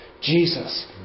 Jesus